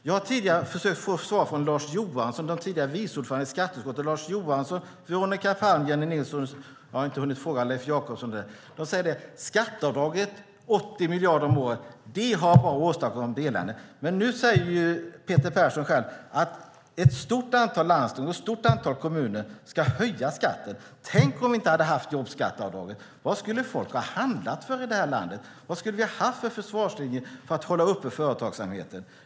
Jag har tidigare försökt få svar från de tidigare vice ordförandena i skatteutskottet Lars Johansson, Veronica Palm och Jennie Nilsson, men jag har ännu inte hunnit fråga Leif Jakobsson. De säger att skatteavdraget på 80 miljarder om året har åstadkommit bara elände. Men nu säger Peter Persson att ett stort antal landsting och ett stort antal kommuner ska höja skatten. Tänk om vi inte hade haft jobbskatteavdraget. Vad skulle folk ha handlat för i detta land? Vilken försvarslinje skulle vi ha haft för att hålla företagsamheten uppe?